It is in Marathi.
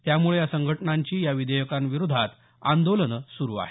त्यामुळे या संघटनांची या विधेयकांविरोधात आंदोलनं सुरु आहेत